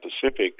Pacific